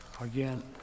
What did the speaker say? again